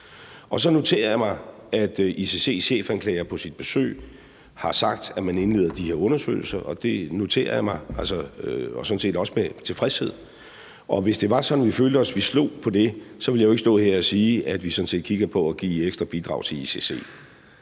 Så noterer jeg mig, at ICC's chefanklager på sit besøg har sagt, at man indleder de her undersøgelser. Det noterer jeg mig – og sådan set også med tilfredshed. Og hvis det var sådan, at vi følte, at vi slog os på det, ville jeg jo ikke stå her og sige, at vi sådan set kigger på at give et ekstra bidrag til ICC.